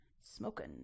Smokin